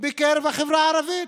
בקרב החברה הערבית,